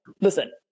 listen